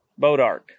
Bodark